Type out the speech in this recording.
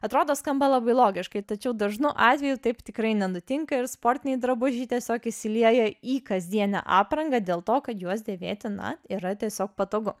atrodo skamba labai logiškai tačiau dažnu atveju taip tikrai nenutinka ir sportiniai drabužiai tiesiog įsilieja į kasdienę aprangą dėl to kad juos dėvėti na yra tiesiog patogu